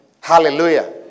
Hallelujah